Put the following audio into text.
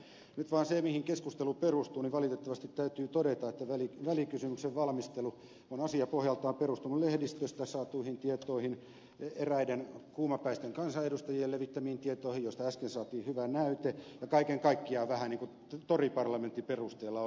nyt vaan sen osalta mihin keskustelu perustuu valitettavasti täytyy todeta että välikysymyksen valmistelu on asiapohjaltaan perustunut lehdistöstä saatuihin tietoihin eräiden kuumapäisten kansanedustajien levittämiin tietoihin joista äsken saatiin hyvä näyte ja kaiken kaikkiaan vähän niin kuin toriparlamentin perusteella ollaan liikkeellä